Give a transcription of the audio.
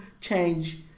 change